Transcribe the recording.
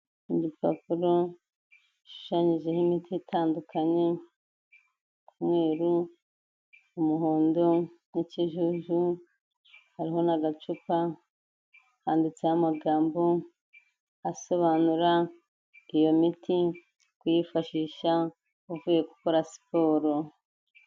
Igipapuro gishushanyijeho imiti itandukanye: umweru, umuhondo n'ikijuju, hariho n'agacupa, handitseho amagambo asobanura iyo miti ko uyifashisha uvuye gukora siporo.